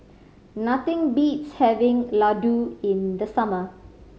nothing beats having laddu in the summer